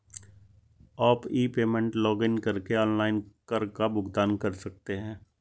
आप e payment में login करके ऑनलाइन कर का भुगतान कर सकते हैं